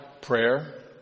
prayer